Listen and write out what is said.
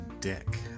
dick